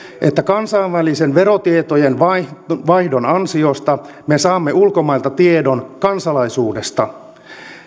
että kansainvälisen verotietojen vaihdon vaihdon ansiosta me saamme ulkomailta tiedon kansalaisuudesta